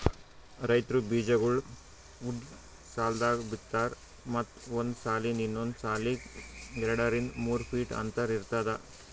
ರೈತ್ರು ಬೀಜಾಗೋಳ್ ಉದ್ದ್ ಸಾಲ್ದಾಗ್ ಬಿತ್ತಾರ್ ಮತ್ತ್ ಒಂದ್ ಸಾಲಿಂದ್ ಇನ್ನೊಂದ್ ಸಾಲಿಗ್ ಎರಡರಿಂದ್ ಮೂರ್ ಫೀಟ್ ಅಂತರ್ ಇರ್ತದ